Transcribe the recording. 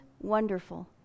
wonderful